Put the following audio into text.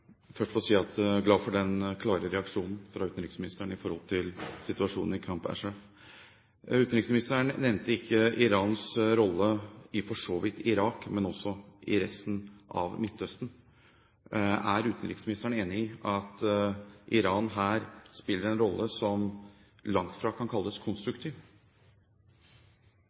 først få si at jeg er glad for den klare reaksjonen fra utenriksministeren når det gjelder situasjonen i Camp Ashraf. Utenriksministeren nevnte ikke Irans rolle i – for så vidt – Irak, men også i resten av Midtøsten. Er utenriksministeren enig i at Iran her spiller en rolle som langt fra kan kalles konstruktiv?